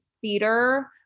theater